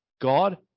God